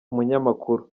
umunyamakuru